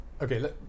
Okay